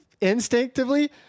instinctively